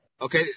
Okay